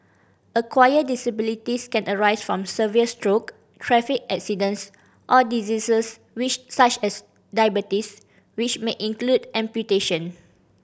acquired disabilities can arise from severe stroke traffic accidents or diseases which such as diabetes which may include amputation